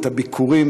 את הביקורים,